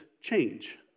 change